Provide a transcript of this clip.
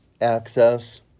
access